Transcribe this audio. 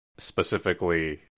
specifically